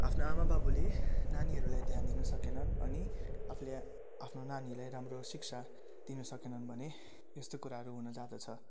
आफ्नो आमा बाबुले नानीहरूलाई ध्यान दिनु सकेनन् अनि आफूले आफ्नो नानीलाई राम्रो शिक्षा दिनु सकेनन् भने यस्तो कुराहरू हुनु जाँदछ